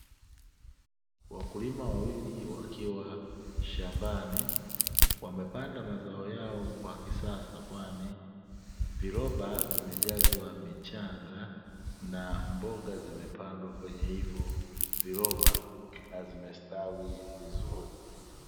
Wakulima wawili wakiwa shambani wamepanda mazao yao kwa kisasa, kwani viroba vimejazwa michanga na mboga zimepandwa kwenye hivyo viroba na zimestawi vizuri.